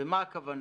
ומה הכוונה?